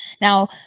Now